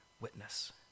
witness